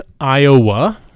Iowa